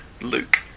Luke